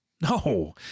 no